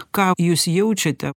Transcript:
ką jūs jaučiate